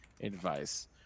advice